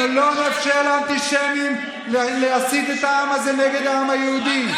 אנחנו לא נאפשר לאנטישמים להסית את העם הזה נגד העם היהודי.